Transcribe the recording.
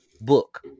book